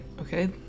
okay